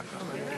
כמה תפקידים,